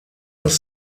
was